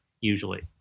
usually